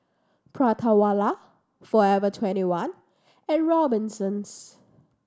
Prata Wala Forever Twenty One and Robinsons